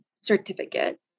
certificate